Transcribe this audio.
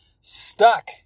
stuck